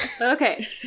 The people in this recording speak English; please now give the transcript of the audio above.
okay